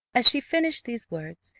as she finished these words,